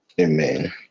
Amen